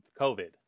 covid